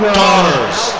daughters